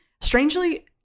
Strangely